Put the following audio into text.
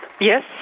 Yes